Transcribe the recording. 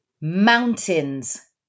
mountains